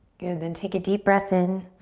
good, then take a deep breath in.